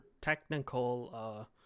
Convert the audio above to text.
technical